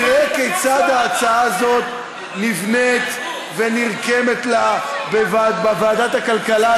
נראה כיצד ההצעה הזאת נבנית ונרקמת לה בוועדת הכלכלה,